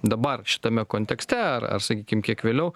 dabar šitame kontekste ar ar sakykim kiek vėliau